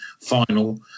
final